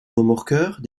remorqueurs